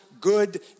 good